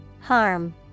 Harm